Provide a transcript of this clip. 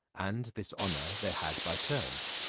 and this honour they had by turns.